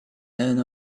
and